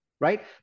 right